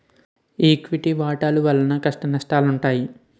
equity వాటాల వలన కష్టనష్టాలుంటాయి